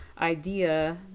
idea